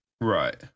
right